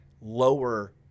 lower